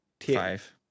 five